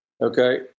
Okay